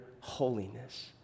holiness